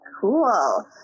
Cool